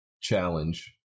challenge